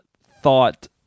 thought